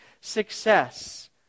success